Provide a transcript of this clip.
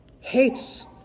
hates